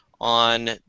on